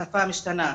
השפה משתנה.